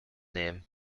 name